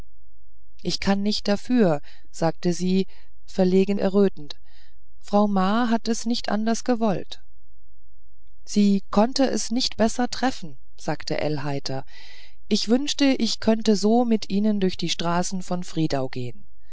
ich kann nicht dafür sagte sie verlegen errötend frau ma hat es nicht anders gewollt sie konnte es nicht besser treffen sagte ell heiter ich wünschte ich könnte so mit ihnen durch die straßen von friedau gehen